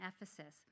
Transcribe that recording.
Ephesus